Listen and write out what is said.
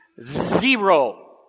zero